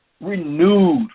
renewed